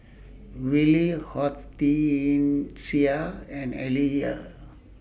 Willie Hortencia and Aaliyah